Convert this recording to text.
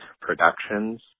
productions